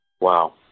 Wow